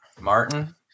martin